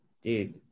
Dude